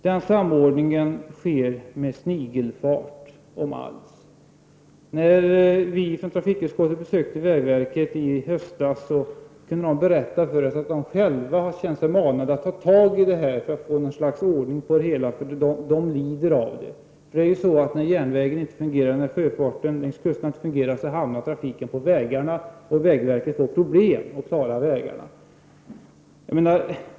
Den samordningen sker med snigelfart, om den nu sker alls. När vi i trafikutskottet besökte vägverket i höstas kunde man där berätta för oss att man själv känt sig manad att ta tag i dessa frågor för att få någon ordning på det hela. Man lider av den nuvarande ordningen. När järnvägen inte fungerar och när sjöfarten längs kusterna inte heller fungerar, hamnar trafiken på vägarna, och vägverket får problem att klara av att sköta vägarna.